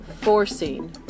forcing